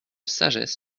sagesse